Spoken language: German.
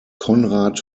konrad